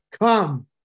come